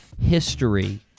history